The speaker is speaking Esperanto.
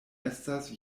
estas